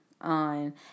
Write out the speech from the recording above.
on